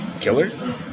killer